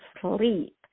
sleep